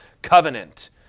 covenant